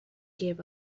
gave